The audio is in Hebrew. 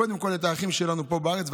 קודם כול האחים שלנו פה בארץ,